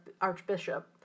Archbishop